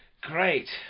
Great